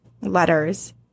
letters